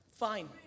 Fine